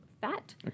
fat